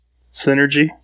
Synergy